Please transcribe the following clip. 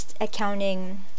accounting